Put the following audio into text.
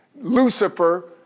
Lucifer